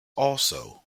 also